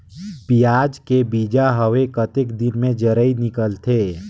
पियाज के बीजा हवे कतेक दिन मे जराई निकलथे?